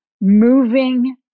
moving